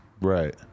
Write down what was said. Right